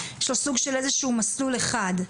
יש לו סוג של איזשהו מסלול אחד.